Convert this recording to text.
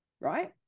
Right